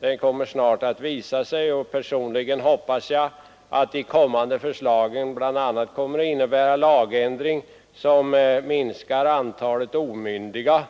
Den kommer snart att läggas fram, och personligen hoppas jag att de kommande förslagen bl.a. skall innebära lagändringar som minskar antalet omyndiga